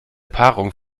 paarung